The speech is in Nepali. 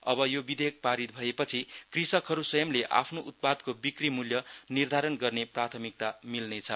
अब यो विधेयक पारित भएपछि कृषकहरू स्वंयले आफ्नो उत्पादको बिक्री मूल्य निर्धारण गर्ने प्राथमिकता मिल्नेछ